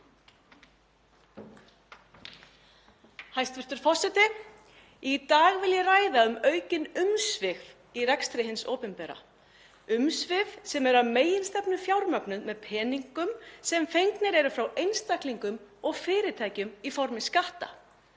Hæstv. forseti. Í dag vil ég ræða um aukin umsvif í rekstri hins opinbera, umsvif sem eru að meginstefnu fjármögnuð með peningum sem fengnir eru frá einstaklingum og fyrirtækjum í formi skatta.